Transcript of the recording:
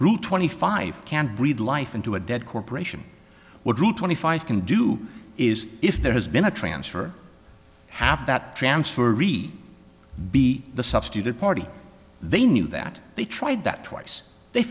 through twenty five can't breathe life into a dead corporation what route twenty five can do is if there has been a transfer have that transfer re be the substituted party they knew that they tried that twice they